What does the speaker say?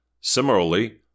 Similarly